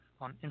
on